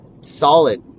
solid